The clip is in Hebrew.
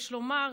יש לומר,